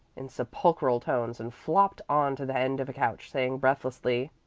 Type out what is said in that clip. in sepulchral tones, and flopped on to the end of a couch, saying breathlessly,